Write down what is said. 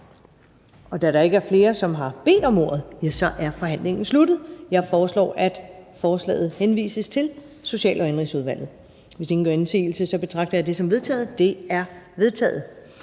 Da der ikke er flere, som har bedt om ordet, er forhandlingen sluttet. Jeg foreslår, at forslaget til folketingsbeslutning henvises til Social- og Indenrigsudvalget. Hvis ingen gør indsigelse, betragter jeg det som vedtaget. Det er vedtaget.